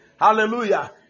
Hallelujah